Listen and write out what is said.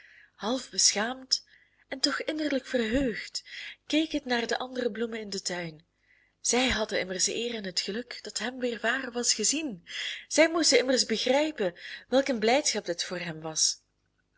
half beschaamd en toch innerlijk verheugd keek het naar de andere bloemen in den tuin zij hadden immers de eer en het geluk dat hem weervaren was gezien zij moesten immers begrijpen welk een blijdschap dit voor hem was